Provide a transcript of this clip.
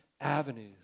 avenues